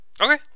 Okay